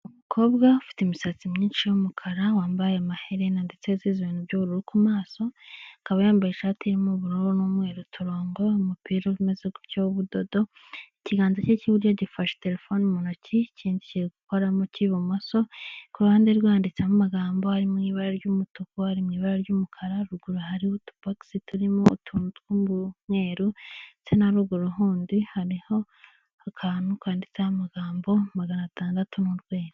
Umukobwa ufite imisatsi myinshi y'umukara wambaye amaherena ndetse wisize ibintu by'ubururu ku maso, akaba yambaye ishati irimo ubururu n'umweru, uturongo, umupira umeze gutyo w'ubudodo, ikiganza ke k'iburyo gifashe telefone mu ntoki ikindi kiri gukoramo k'ibumoso, ku ruhande rwe handitseho amagambo ari mu ibara ry'umutuku, ari mu ibara ry'umukara, rugura hariho utubogisi turimo utuntu tw'umweru ndetse na ruguru handi hariho akantu kanditseho amagambo magana atandatu n'urwego.